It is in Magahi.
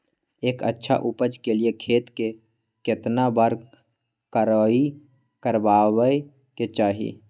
एक अच्छा उपज के लिए खेत के केतना बार कओराई करबआबे के चाहि?